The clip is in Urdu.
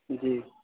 جی